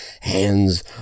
hands